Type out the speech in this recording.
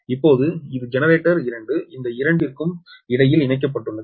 இப்போது இது ஜெனரேட்டர் 2 இந்த இரண்டிற்கும் இடையில் இணைக்கப்பட்டுள்ளது